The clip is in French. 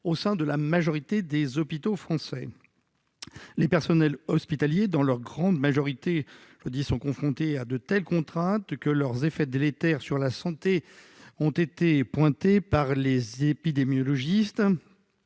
au sein de la majorité des hôpitaux français. Les personnels hospitaliers, dans leur grande majorité, sont confrontés à de telles contraintes que leurs effets délétères sur la santé ont été montrés du doigt par les épidémiologistes.